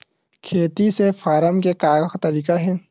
खेती से फारम के का तरीका हे?